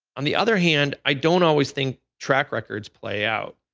on the other hand, i don't always think track records play out.